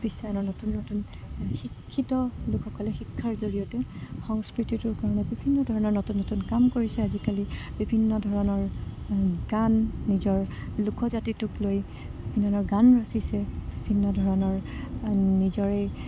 বিশ্বায়নৰ নতুন নতুন শিক্ষিত লোকসকলে শিক্ষাৰ জৰিয়তে সংস্কৃতিটোৰ কাৰণে বিভিন্ন ধৰণৰ নতুন নতুন কাম কৰিছে আজিকালি বিভিন্ন ধৰণৰ গান নিজৰ লোকজাতিটোক লৈ বিভিন্ন ধৰণৰ গান ৰচিছে বিভিন্ন ধৰণৰ নিজৰেই